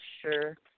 sure